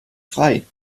frei